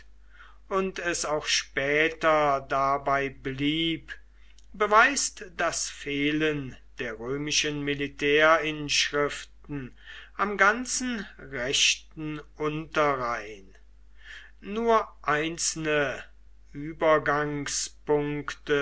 und es auch später dabei blieb beweist das fehlen der römischen militärinschriften am ganzen rechten unterrhein nur einzelne